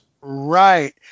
Right